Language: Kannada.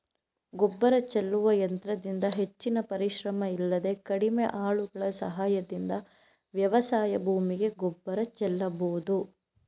ಗೊಬ್ಬರ ಚೆಲ್ಲುವ ಯಂತ್ರದಿಂದ ಹೆಚ್ಚಿನ ಪರಿಶ್ರಮ ಇಲ್ಲದೆ ಕಡಿಮೆ ಆಳುಗಳ ಸಹಾಯದಿಂದ ವ್ಯವಸಾಯ ಭೂಮಿಗೆ ಗೊಬ್ಬರ ಚೆಲ್ಲಬೋದು